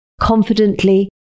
confidently